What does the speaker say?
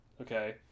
okay